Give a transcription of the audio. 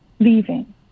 leaving